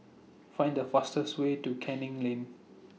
Find The fastest Way to Canning Lane